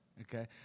Okay